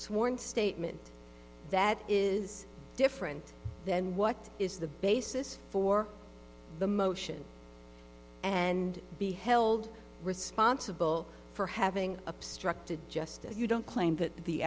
sworn statement that is different than what is the basis for the motion and be held responsible for having obstructed justice you don't claim that t